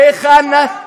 מאה אחוז.